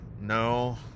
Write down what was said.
no